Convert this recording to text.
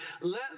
Let